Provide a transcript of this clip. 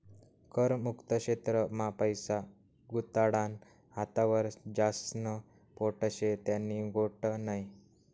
कर मुक्त क्षेत्र मा पैसा गुताडानं हातावर ज्यास्न पोट शे त्यानी गोट नै